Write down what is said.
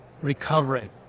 recovering